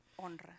honra